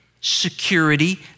security